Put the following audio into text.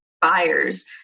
buyers